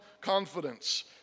confidence